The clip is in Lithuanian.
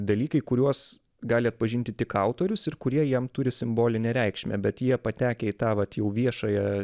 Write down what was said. dalykai kuriuos gali atpažinti tik autorius ir kurie jam turi simbolinę reikšmę bet jie patekę į tą vat jau viešąją